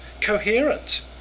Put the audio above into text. coherent